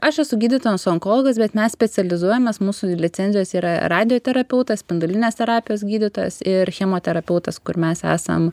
aš esu gydytojas onkologas bet mes specializuojamės mūsų licenzijos yra radioterapeutas spindulinės terapijos gydytojas ir chemoterapeutas kur mes esam